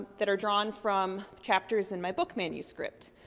that are drawn from chapters in my book manuscript.